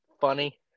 funny